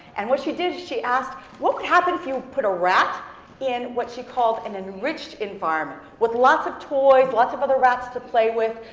and what she did is she asked what happen if you put a rat in what she called an enriched environment, with lots of toys, lots of other rats to play with.